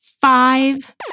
five